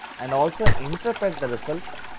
and also interpret the results